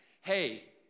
hey